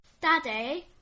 Daddy